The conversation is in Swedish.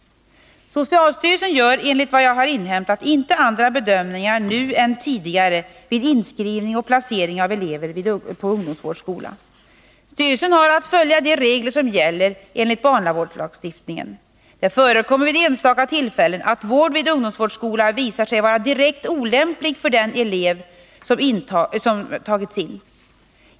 Socialstyrelsen gör enligt vad jag har inhämtat inte andra bedömningar nu än tidigare vid inskrivning och placering av elever på ungdomsvårdsskola. Styrelsen har att följa de regler som gäller enligt barnavårdslagstiftningen. Det förekommer vid enstaka tillfällen att vård vid ungdomsvårdsskola visar sig vara direkt olämplig för den elev som tagits in.